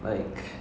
mm